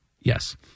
Yes